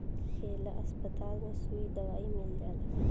ए ला अस्पताल में सुई दवाई मील जाला